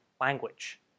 language